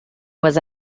was